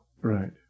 Right